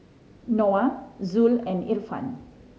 Noah Zul and Irfan